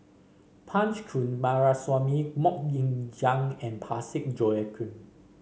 Punch Coomaraswamy MoK Ying Jang and Parsick Joaquim